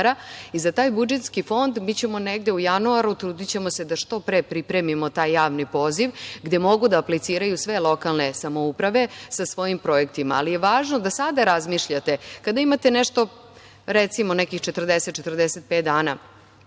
i za taj budžetski fond mi ćemo negde u januaru, trudićemo se da što pre pripremimo taj javni poziv, gde mogu da apliciraju sve lokalne samouprave sa svojim projektima, ali je važno da sada razmišljate, kada imate nekih 40-45 dana